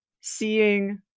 seeing